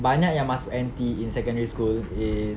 banyak yang masuk N_T in secondary school is